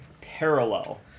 parallel